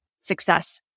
success